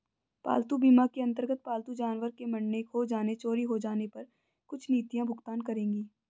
पालतू बीमा के अंतर्गत पालतू जानवर के मरने, खो जाने, चोरी हो जाने पर कुछ नीतियां भुगतान करेंगी